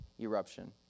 eruption